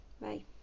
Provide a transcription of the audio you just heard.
Bye